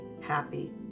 happy